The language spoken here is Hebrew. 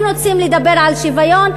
אם רוצים לדבר על שוויון,